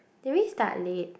did we start late